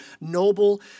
noble